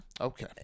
Okay